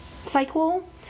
cycle